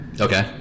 Okay